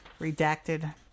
redacted